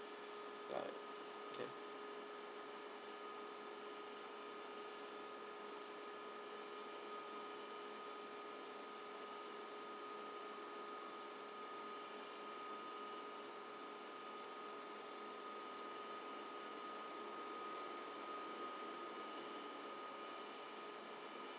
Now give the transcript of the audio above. right okay